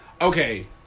okay